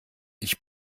ich